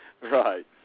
Right